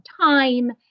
time